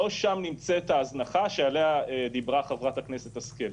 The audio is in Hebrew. לא שם נמצאת ההזנחה שעליה דיברה חברת הכנסת השכל.